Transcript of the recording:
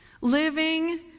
Living